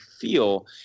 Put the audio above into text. feel